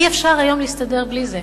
אי-אפשר היום להסתדר בלי זה.